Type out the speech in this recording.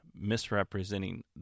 misrepresenting